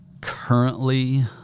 currently